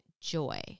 joy